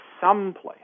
someplace